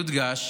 יודגש